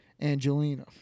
Angelina